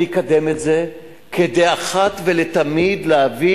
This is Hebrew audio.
אני אקדם את זה כדי אחת ולתמיד להביא